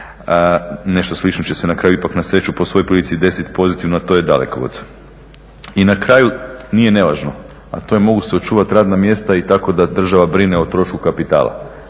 Nešto slično će se na kraju ipak, na sreću po svoj prilici desiti pozitivno a to je dalekovod. I na kraju, nije nevažno, a to je mogu se očuvati radna mjesta i tako da država brine o trošku kapitala,